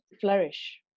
flourish